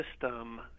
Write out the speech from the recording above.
system